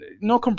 no